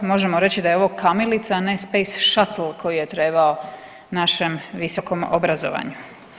Možemo reći da je ovo kamilica, a ne space shuttle koji je trebao našem visokom obrazovanju.